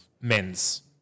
men's